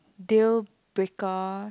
deal breaker